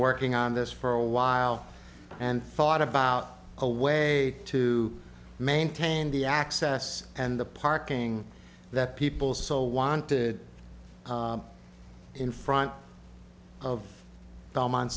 working on this for a while and thought about a way to maintain the access and the parking that people so wanted in front of do